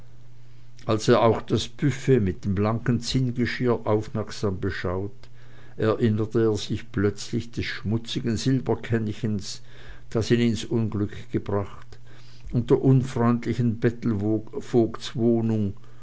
als er auch das buffet mit dem blanken zinngeschirr aufmerksam beschaut erinnerte er sich plötzlich des schmutzigen silberkännchens das ihn ins unglück gebracht und der unfreundlichen